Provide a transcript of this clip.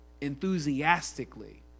enthusiastically